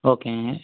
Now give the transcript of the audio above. ஓகேங்க